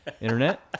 Internet